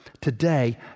Today